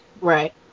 Right